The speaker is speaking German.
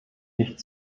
nicht